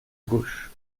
gauche